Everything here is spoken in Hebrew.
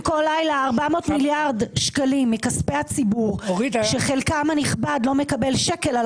כל לילה 400 מיליארד שקלים מכספי הציבור שחלקם הנכבד לא מקבל שקל על